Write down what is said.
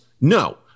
no